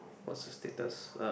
what's the status